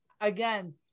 Again